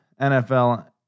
NFL